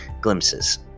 glimpses